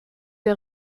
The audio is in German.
der